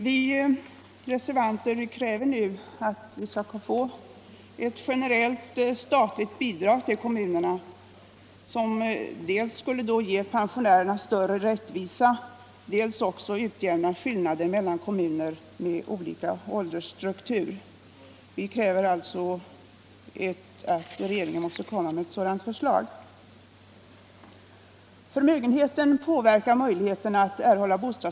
Vi reservanter kräver nu förslag från regeringen om ett generellt statligt bidrag till kommunerna, som skulle dels ge pensionärerna större rättvisa, Nr 121 dels utjämna skillnader mellan kommuner med olika åldersstruktur. Fredagen den Förmögenhet påverkar möjligheten att erhålla bostadsbidrag.